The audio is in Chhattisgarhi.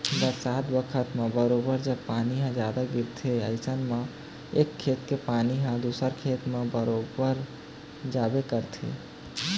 बरसात बखत म बरोबर जब पानी ह जादा गिरथे अइसन म एक खेत के पानी ह दूसर खेत म बरोबर जाबे करथे